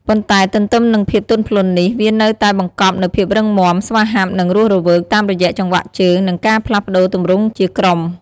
ប៉ុន្តែទន្ទឹមនឹងភាពទន់ភ្លន់នេះ វានៅតែបង្កប់នូវភាពរឹងមាំ ស្វាហាប់ និងរស់រវើក តាមរយៈចង្វាក់ជើង និងការផ្លាស់ប្តូរទម្រង់ជាក្រុម។